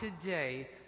today